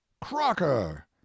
crocker